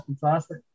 fantastic